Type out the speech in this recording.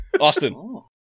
Austin